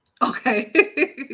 Okay